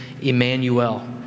Emmanuel